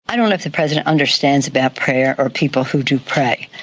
i don't know if the president understands about prayer or people who do pray,